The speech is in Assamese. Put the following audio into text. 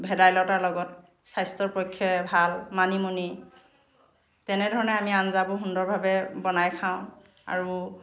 ভেদাইলতাৰ লগত স্বাস্থ্যৰ পক্ষে ভাল মানিমুনি তেনেধৰণে আমি আঞ্জাবোৰ সুন্দৰভাৱে বনাই খাওঁ আৰু